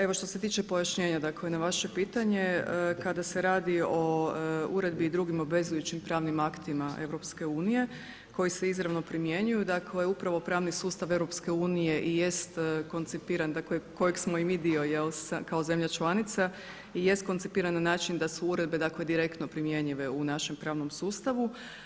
Evo što se tiče pojašnjenja na vaše pitanje, kada se radi o uredbi i drugim obvezujućim pravnim aktima EU koji se izravno primjenjuju, upravo pravni sustav EU i jest koncipiran da kojeg smo i mi dio kao zemlja članica, jest koncipiran na način da su uredbe direktno primjenjive u našem pravnom sustavu.